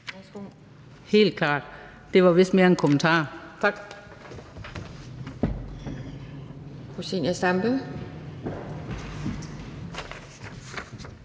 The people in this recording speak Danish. Helt klart, det var vist mere en kommentar. Tak.